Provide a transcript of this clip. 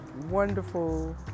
wonderful